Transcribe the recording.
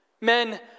Men